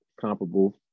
comparable